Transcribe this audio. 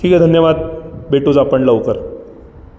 ठीक आहे धन्यवाद भेटूच आपण लवकर